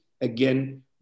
again